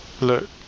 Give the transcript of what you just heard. look